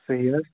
صحی حظ